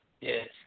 Yes